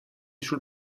sul